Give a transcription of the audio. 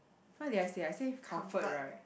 what did I say I say comfort right